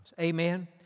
Amen